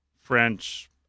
French